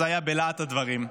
זה היה בלהט הדברים.